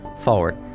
forward